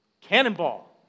cannonball